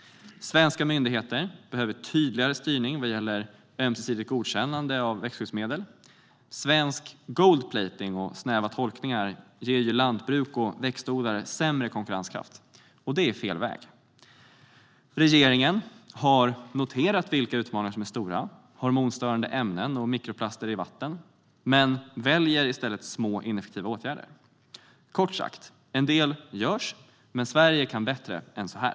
Svenska myndigheter behöver tydligare styrning vad gäller ömsesidigt godkännande av växtskyddsmedel. Svensk gold-plating och snäva tolkningar ger lantbruk och växtodlare sämre konkurrenskraft. Det är fel väg. Regeringen har noterat vilka utmaningar som är stora, nämligen hormonstörande ämnen och mikroplaster i vatten, men väljer att vidta små och ineffektiva åtgärder. Kort sagt: En del görs - men Sverige kan bättre än så här.